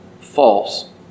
false